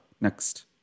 next